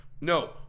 No